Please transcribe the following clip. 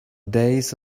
days